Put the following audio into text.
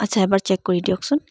আচ্ছা এবাৰ চেক কৰি দিয়কচোন